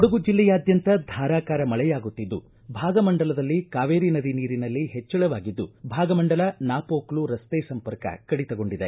ಕೊಡಗು ಜಿಲ್ಲೆಯಾದ್ಯಂತ ಧಾರಾಕಾರ ಮಳೆಯಾಗುತ್ತಿದ್ದು ಭಾಗಮಂಡಲದಲ್ಲಿ ಕಾವೇರಿ ನದಿ ನೀರಿನಲ್ಲಿ ಹೆಚ್ಚಳವಾಗಿದ್ದು ಭಾಗಮಂಡಲ ನಾಮೋಕ್ಲು ರಸ್ತೆ ಸಂಪರ್ಕ ಕಡಿತಗೊಂಡಿದೆ